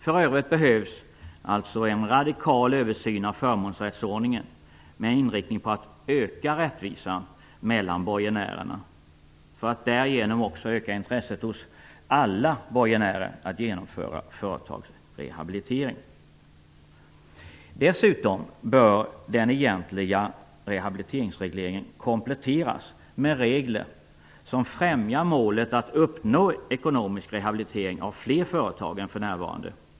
För övrigt behövs en radikal översyn av förmånsrättsordningen med inriktning på att öka rättvisan mellan borgenärerna för att därigenom också öka intresset hos alla borgenärer av att genomföra företagsrehabilitering. Dessutom bör den egentliga rehabiliteringsregleringen kompletteras med regler som främjar målet att uppnå ekonomisk rehabilitering av fler företag än för närvarande.